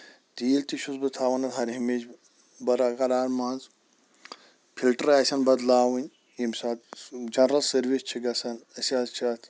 تیٖل تہِ چھُس بہٕ تھاوان ہر ہمیشہٕ بران کران منٛز فِلٹر آسن بدلاوٕنۍ ییٚمہِ ساتہٕ جینرل سٔروِس چھ گژھان أسۍ حظ چھِ اتھ